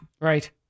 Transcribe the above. Right